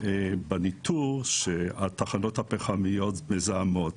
על כך שהתחנות הפחמיות מזהמות.